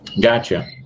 Gotcha